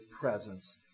presence